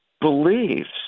believes